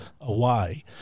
away